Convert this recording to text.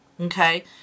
Okay